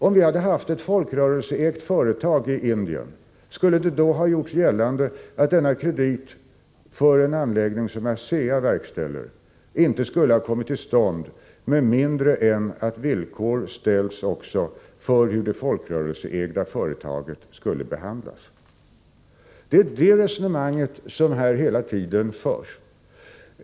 Om vi hade haft ett folkrörelseägt företag i Indien, skulle det då ha gjorts gällande att denna kredit, för en anläggning som ASEA verkställer, inte skulle ha kommit till stånd med mindre än att villkor ställs också för hur det 83 folkrörelseägda företaget skulle behandlas? Det är detta resonemang som hela tiden förs här.